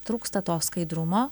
trūksta to skaidrumo